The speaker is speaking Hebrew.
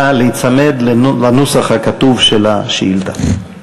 נא להיצמד לנוסח הכתוב של השאילתה.